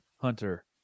Hunter